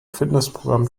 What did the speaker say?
fitnessprogramm